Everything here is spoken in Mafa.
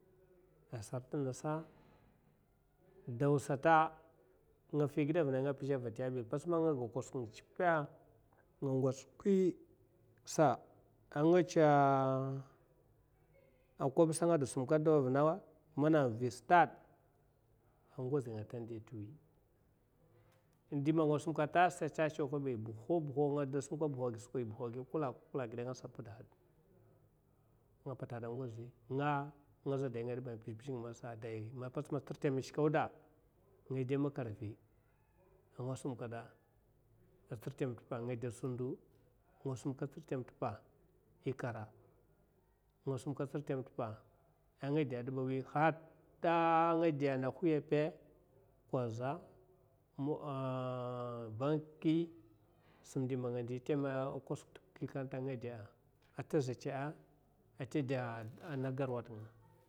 Asar te ngasa dawu sata nga fi giɓe avuna azèay pats man nga pira teme nga che koè sa anga cha da sum kaɓ dawu avuna, de man ngada simkaɓ tasa staɓ chew kaèi, nga da sumkaɓ sa buh kula kula giɓe skwa. angasa apata ahuda angozhi, nga man tsir teme nshke auda, nga de makrfi angaɓa sumkad tsir teme tepa, nga de mundu anga sumkada tsir tem tepa, hekara taa nga de nda koza, anga de nda kuyape anda banki.